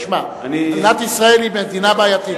תשמע: מדינת ישראל היא מדינה בעייתית.